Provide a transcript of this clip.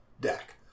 deck